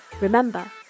Remember